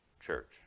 church